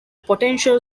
potential